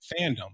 fandom